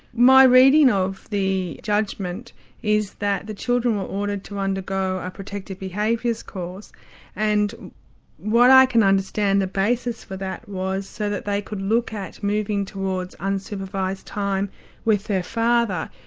my reading of the judgment is that the children were ordered to undergo a protective behaviours course and what i can understand the basis for that was so that they could look at moving towards unsupervised time with their father,